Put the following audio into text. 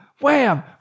wham